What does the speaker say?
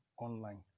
online